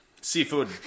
Seafood